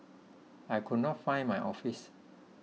I could not find my office